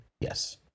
yes